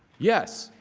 yes,